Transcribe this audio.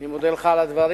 אני מודה לך על הדברים,